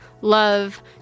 love